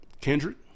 Kendrick